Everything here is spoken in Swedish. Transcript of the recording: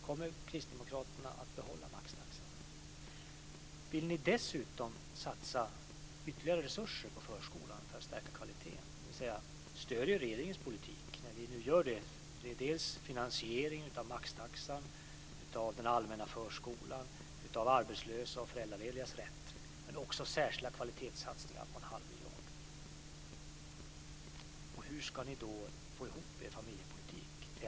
Kommer Kristdemokraterna att behålla maxtaxan? Vill ni dessutom satsa ytterligare resurser på förskolan för att stärka kvaliteten, dvs. stödja regeringens politik när vi nu gör det? Det är finansieringen av maxtaxan, av den allmänna förskolan, av arbetslösas och föräldraledigas rätt, men också särskilda kvalitetssatsningar på en halv miljard. Hur ska ni då få ihop er familjepolitik?